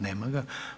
Nema ga.